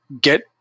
get